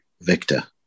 Victor